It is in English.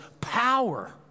power